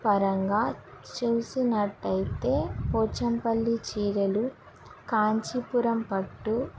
పరంగా చూసినట్టయితే పోచంపల్లి చీరలు కాంచిపురం పట్టు